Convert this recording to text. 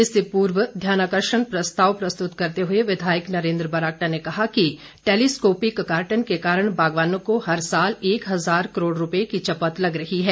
इससे पूर्व ध्यानाकर्षण प्रस्ताव प्रस्तुत करते हुए विधायक नरेन्द्र बरागटा ने कहा कि टैलीस्कोपिक कार्टन के कारण बागवानों को हर साल एक हजार करोड़ रूपये की चपत लग रही है